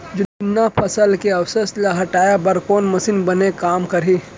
जुन्ना फसल के अवशेष ला हटाए बर कोन मशीन बने काम करही?